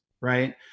right